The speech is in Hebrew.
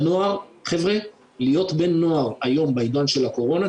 להיות בן נוער היום בעידן של הקורונה,